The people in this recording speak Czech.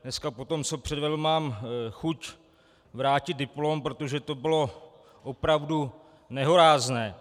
Dneska po tom, co předvedl, mám chuť vrátit diplom, protože to bylo opravdu nehorázné.